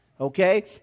Okay